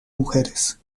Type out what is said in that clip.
mujeres